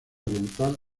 oriental